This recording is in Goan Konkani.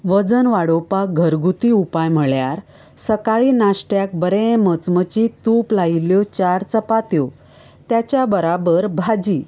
वजन वाडोवपाक घरगुती उपाय म्हळ्यार सकाळीं नाशत्याक बरें मचमचीत तूप लायिल्यो चार चपात्यो तेच्या बराबर भाजी